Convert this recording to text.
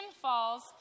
falls